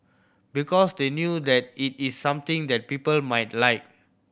because they know that it is something that people might like